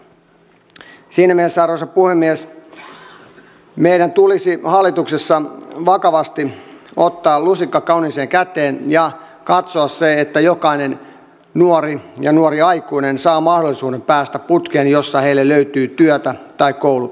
siinä mielessä arvoisa puhemies meidän tulisi hallituksessa vakavasti ottaa lusikka kauniiseen käteen ja katsoa se että jokainen nuori ja nuori aikuinen saa mahdollisuuden päästä putkeen jossa heille löytyy työtä tai koulutusta